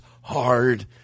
hard